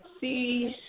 see